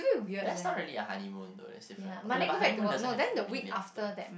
that's not really a honeymoon though that's different okay lah but honeymoon doesn't have to be immediately after